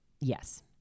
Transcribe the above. Yes